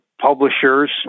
publishers